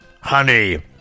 Honey